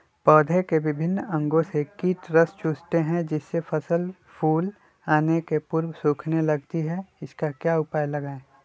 पौधे के विभिन्न अंगों से कीट रस चूसते हैं जिससे फसल फूल आने के पूर्व सूखने लगती है इसका क्या उपाय लगाएं?